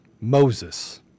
Moses